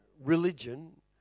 religion